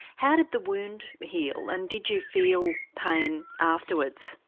how did the wound heal, and did you feel pain afterwards?